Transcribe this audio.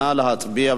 נא להצביע.